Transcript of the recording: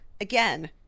Again